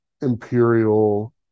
Imperial